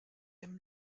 dem